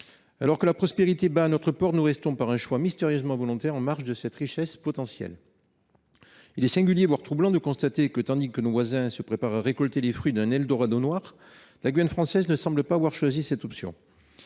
Alors que la prospérité bat à notre porte, nous restons, par un choix mystérieusement volontaire, en marge de cette richesse potentielle. Il est singulier, voire troublant, de constater que tandis que nos voisins se préparent à récolter les fruits d’un eldorado noir, la Guyane française ne semble pas avoir choisi cette option.